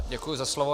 Děkuji za slovo.